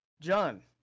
John